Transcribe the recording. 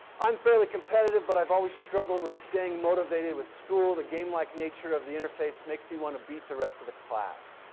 i'm fairly competitive, but i've always struggled with staying motivated with school. the game-like nature of the interface makes me want to beat the rest of the class.